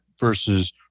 versus